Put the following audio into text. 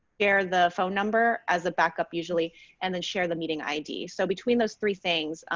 share the phone number as a backup usually and then share the meeting id. so between those three things,